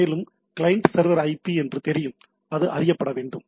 மேலும் client server IP என்று தெரியும் அது அறியப்பட வேண்டும்